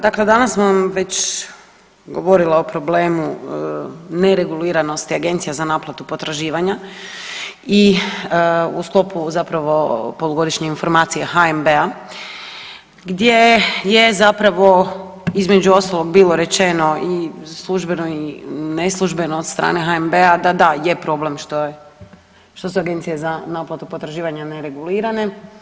Dakle, danas sam već govorila o problemu nereguliranosti agencija za naplatu potraživanja i u sklopu zapravo polugodišnje informacije HNB-a gdje je zapravo između ostaloga bilo rečeno službeno i neslužbeno od strane HNB-a da da je problem što je, što su agencije za naplatu potraživanja neregulirane.